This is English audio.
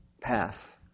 path